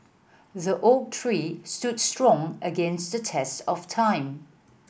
the oak tree stood strong against the test of time